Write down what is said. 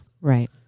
Right